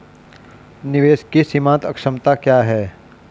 निवेश की सीमांत क्षमता क्या है?